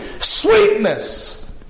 Sweetness